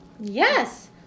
yes